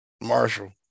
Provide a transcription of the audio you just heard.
Marshall